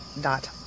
dot